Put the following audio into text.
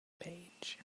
page